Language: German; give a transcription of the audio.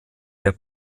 der